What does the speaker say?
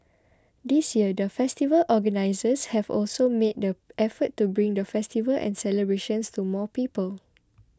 this year the festival organisers have also made the effort to bring the festival and celebrations to more people